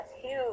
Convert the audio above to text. huge